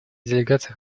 делегация